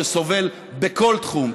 שסובל בכל תחום.